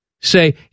say